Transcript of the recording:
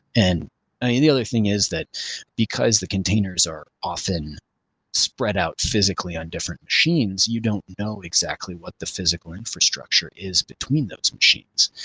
and ah the other thing is that because the containers are often spread out physically on different machines, you don't know exactly what the physical infrastructure is between those machines.